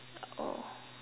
oh